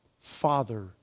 father